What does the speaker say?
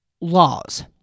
laws